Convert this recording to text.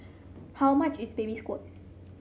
how much is Baby Squid